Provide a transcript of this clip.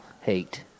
hate